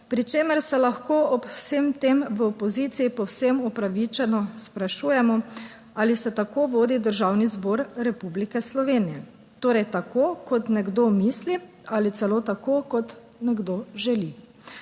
pri čemer se lahko ob vsem tem v opoziciji povsem upravičeno sprašujemo ali se tako vodi Državni zbor Republike Slovenije, torej tako kot nekdo misli ali celo tako, kot nekdo želi.